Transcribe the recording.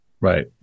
Right